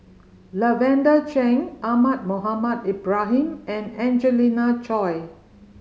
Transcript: Lavender Chang Ahmad Mohamed Ibrahim and Angelina Choy